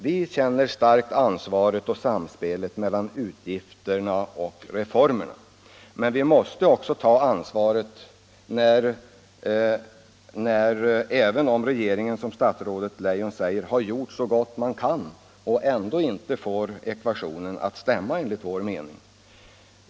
Vi känner starkt ansvaret och samspelet mellan utgifterna och reformerna. Vi måste också ta ansvaret även om regeringen, som statsrådet Leijon säger, har gjort så gott den kan men enligt vår mening ändå inte fått ekvationen att stämma.